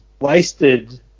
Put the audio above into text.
wasted